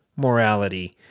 morality